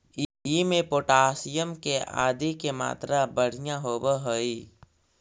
इमें पोटाशियम आदि के मात्रा बढ़िया होवऽ हई